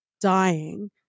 dying